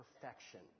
perfection